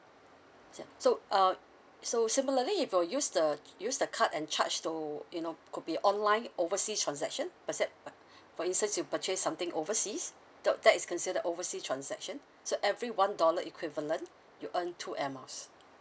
yeah so uh so similarly if you were use the use the card and charge to you know could be online overseas transaction uh for instance you purchase something overseas the that is considered oversea transaction so every one dollar equivalent you earn two airmiles